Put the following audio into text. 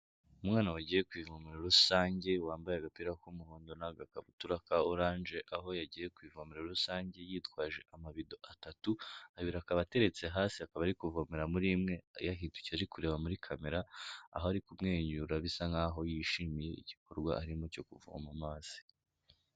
Umwana wagiye ku ivomero rusange, wambaye agapira k'umuhondo n'agakabutura ka oranje, aho yagiye ku ivomero rusange yitwaje amabido atatu, abiri akaba ateretse hasi, akaba ari kuvomera muri imwe yahindukiye ari kureba muri kamera, aho ari kumwenyura bisa nkaho yishimiye igikorwa arimo cyo kuvoma amazi.